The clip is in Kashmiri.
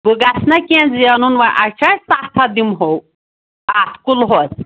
بہٕ گژھٕ نا کیٚنٛہہ زینُن وَنۍ اَسہِ چھُ اَسہِ سَتھ ہَتھ دِمو اَتھ کُلوہَس